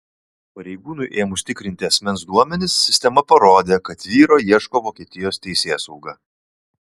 pareigūnui ėmus tikrinti asmens duomenis sistema parodė kad vyro ieško vokietijos teisėsauga